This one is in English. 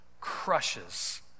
crushes